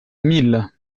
mille